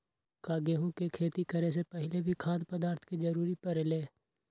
का गेहूं के खेती करे से पहले भी खाद्य पदार्थ के जरूरी परे ले?